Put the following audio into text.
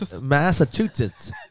Massachusetts